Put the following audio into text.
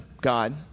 God